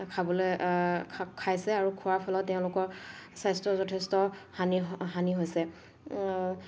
খাবলৈ খা খাইছে আৰু খোৱাৰ ফলত তেওঁলোকৰ স্বাস্থ্যৰ যথেষ্ট হানি হানি হৈছে